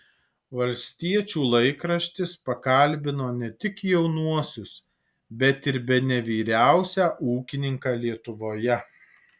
valstiečių laikraštis pakalbino ne tik jaunuosius bet ir bene vyriausią ūkininką lietuvoje